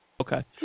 Okay